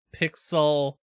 Pixel